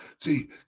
See